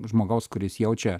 žmogaus kuris jaučia